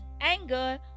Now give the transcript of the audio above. anger